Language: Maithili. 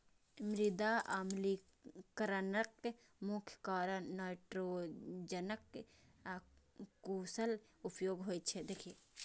मृदा अम्लीकरणक मुख्य कारण नाइट्रोजनक अकुशल उपयोग होइ छै